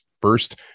first